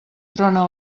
trona